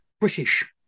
British